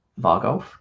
Vargolf